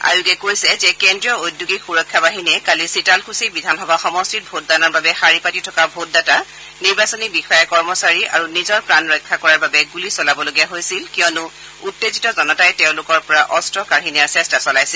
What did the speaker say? আয়োগে কৈছে যে কেন্দ্ৰীয় ঔদ্যোগিক সুৰক্ষা বাহিনীয়ে কালি শীতালকৃছি বিধানসভা সমষ্টিত ভোটদানৰ বাবে শাৰী পাতি থকা ভোটদাতা নিৰ্বাচনী বিষয়া কৰ্মচাৰী আৰু নিজৰ প্ৰাণ ৰক্ষা কৰাৰ বাবে গুলি চলাবলগীয়া হৈছিল কিয়নো উত্তেজিত জনতাই তেওঁলোকৰ অস্ত্ৰ কাঢ়ি নিয়াৰ চেষ্টা চলাইছিল